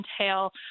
entail